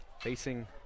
Facing